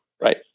right